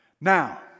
Now